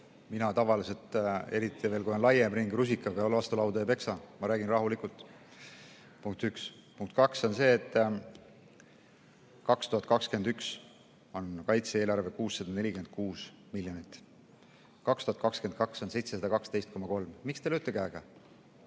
Mina tavaliselt, eriti veel, kui on laiem ring, rusikaga vastu lauda ei peksa. Ma räägin rahulikult. Punkt üks. Punkt kaks on see, et 2021 on kaitse-eelarve 646 miljonit, aastal 2022 on see 712,3 miljonit. Miks te lööte käega?